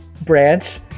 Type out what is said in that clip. branch